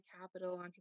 capital